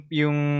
yung